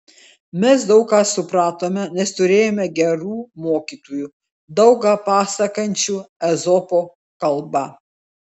mes daug ką supratome nes turėjome gerų mokytojų daug ką pasakančių ezopo kalba